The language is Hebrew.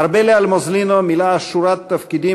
ארבלי-אלמוזלינו מילאה שורת תפקידים